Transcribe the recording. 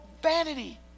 vanity